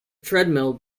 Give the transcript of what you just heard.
treadmill